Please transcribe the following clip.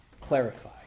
clarify